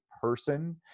person